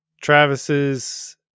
travis's